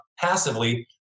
passively